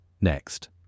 Next